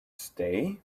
stay